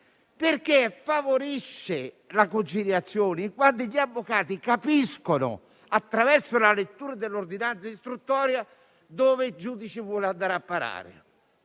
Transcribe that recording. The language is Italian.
perché favorisce la conciliazione in quanto gli avvocati capiscono, attraverso la lettura dell'ordinanza istruttoria, dove il giudice vuole andare a parare